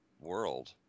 world